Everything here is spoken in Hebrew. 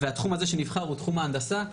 והתחום הזה שנבחר הוא תחום ההנדסה.